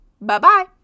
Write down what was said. Bye-bye